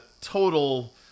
total